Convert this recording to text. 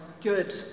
Good